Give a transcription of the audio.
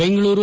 Bengaluru